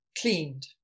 cleaned